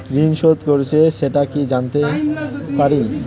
ঋণ শোধ করেছে সেটা কি জানতে পারি?